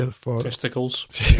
Testicles